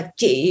chị